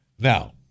Now